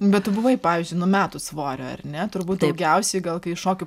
bet tu buvai pavyzdžiui numetus svorio ar ne turbūt daugiausiai gal kai šokių